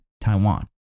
Taiwan